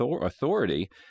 authority